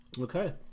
Okay